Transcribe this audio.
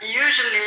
usually